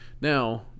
now